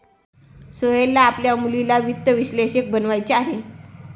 सोहेलला आपल्या मुलीला वित्त विश्लेषक बनवायचे आहे